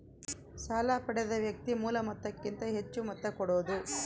ಸಾಲ ಪಡೆದ ವ್ಯಕ್ತಿ ಮೂಲ ಮೊತ್ತಕ್ಕಿಂತ ಹೆಚ್ಹು ಮೊತ್ತ ಕೊಡೋದು